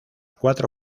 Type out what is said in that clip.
cuatro